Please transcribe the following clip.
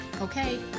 Okay